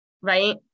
right